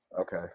Okay